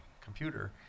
computer